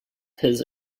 his